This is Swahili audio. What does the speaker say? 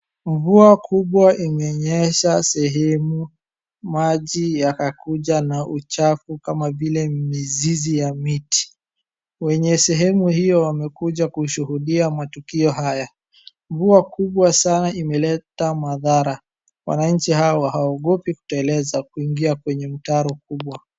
Mvua kubwa imenyesha sehemu maji yakakuja na uchafu kama vile mizizi ya miti. Wenye sehemu hiyo wamekuja kushuhudia matukio haya. Mvua kubwa sana imeleta madhara. Wanachi hawa hawaogopi kuteleza kuingia kwenye mtaro kubwa.